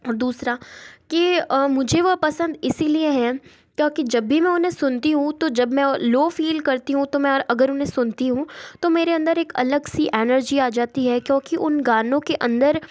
दूसरा कि मुझे वह पसंद इसी लिए हैं क्योंकि जब भी मैं उन्हें सुनती हूँ तो जब मैं लो फ़ील करती हूँ तो मैं अगर उन्हें सुनती हूँ तो मेरे अंदर एक अलग सी एनर्जी आ जाती है क्योंकि उन गानों के अंदर